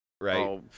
right